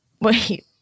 Wait